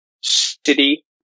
city